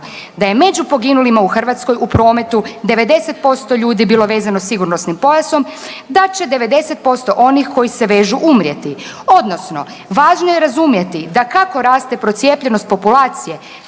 da je među poginulima u Hrvatskoj u prometu 90% ljudi bilo vezano sigurnosnim pojasom da će 90% onih koji se vežu umrijeti odnosno važno je razumjeti da kako raste procijepljenost populacije